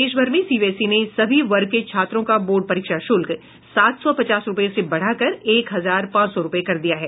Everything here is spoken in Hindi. देशभर में सीबीएसई ने सभी वर्ग के छात्रों का बोर्ड परीक्षा शुल्क सात सौ पचास रूपये से बढ़ाकर एक हजार पांच सौ रूपये कर दिया है